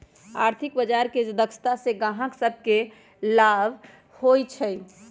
आर्थिक बजार के दक्षता से गाहक सभके लाभ होइ छइ